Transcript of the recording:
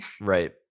Right